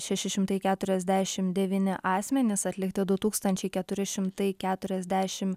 šeši šimtai keturiasdešimt devyni asmenys atlikti du tūkstančiai keturi šimtai keturiasdešimt